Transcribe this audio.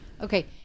okay